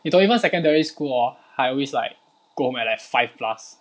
you 懂 even secondary school hor I always like go home at like five plus